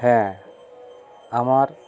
হ্যাঁ আমার